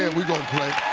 and we gonna play.